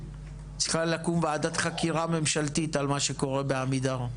צריכה לקום וועדת חקירה ממשלתית על מה שקורה בעמידר.